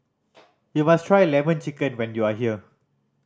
you must try Lemon Chicken when you are here